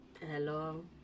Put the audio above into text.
Hello